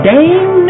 Dame